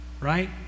right